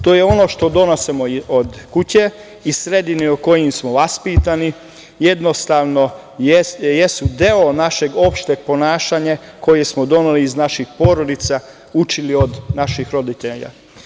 To je ono što donosimo iz kuće, iz sredine u kojoj smo vaspitani, jednostavno su deo našeg opšteg ponašanja koje smo doneli iz naših porodica, učili od naših roditelja.